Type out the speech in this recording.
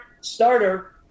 starter